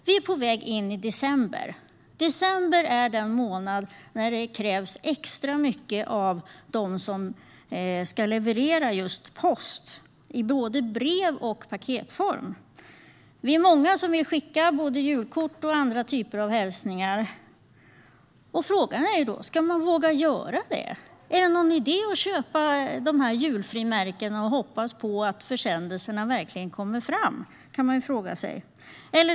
Vi är på väg in i december. December är en månad när det krävs extra mycket av dem som ska leverera post i både brev och paketform. Vi är många som vill skicka julkort och andra hälsningar. Frågan är om vi vågar göra det. Är det någon idé att köpa julfrimärken och hoppas att försändelserna verkligen kommer fram?